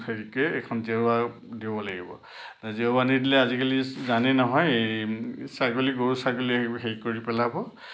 হেৰিকৈ এইখন জেউৰা দিব লাগিব জেউৰা নিদিলে আজিকালি জানেই নহয় এই ছাগলী গৰু ছাগলী এইবোৰ হেৰি কৰি পেলাব